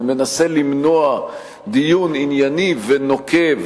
ומנסה למנוע דיון ענייני ונוקב